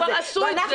אבל הם כבר עשו את זה.